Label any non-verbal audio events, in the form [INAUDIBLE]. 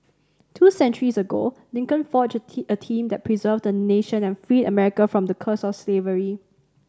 two centuries ago Lincoln forged [UNINTELLIGIBLE] a team that preserved a nation and freed America from the curse of slavery